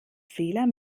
fehler